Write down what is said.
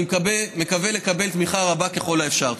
אני מקווה לקבל תמיכה רבה ככל האפשר.